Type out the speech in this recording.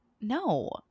No